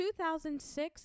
2006